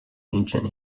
ancient